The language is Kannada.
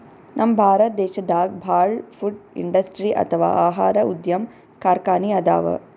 ನಮ್ ಭಾರತ್ ದೇಶದಾಗ ಭಾಳ್ ಫುಡ್ ಇಂಡಸ್ಟ್ರಿ ಅಥವಾ ಆಹಾರ ಉದ್ಯಮ್ ಕಾರ್ಖಾನಿ ಅದಾವ